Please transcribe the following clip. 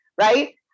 right